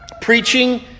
preaching